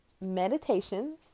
meditations